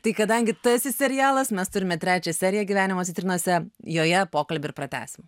tai kadangi tu esi serialas mes turime trečią seriją gyvenimo citrinose joje pokalbį ir pratęsim